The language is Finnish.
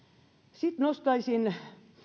sitten nostaisin